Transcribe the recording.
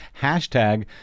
Hashtag